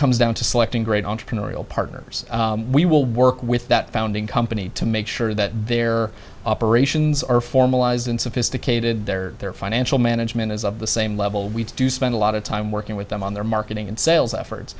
comes down to selecting great entrepreneurial partners we will work with that founding company to make sure that their operations are formalized and sophisticated their their financial management is of the same level we do spend a lot of time working with them on their marketing and sales effort